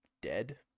dead